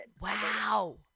Wow